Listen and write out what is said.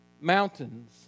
mountains